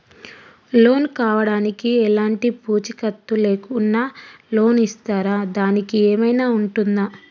Loan కావడానికి ఎలాంటి పూచీకత్తు లేకుండా లోన్ ఇస్తారా దానికి ఏమైనా ఉంటుందా?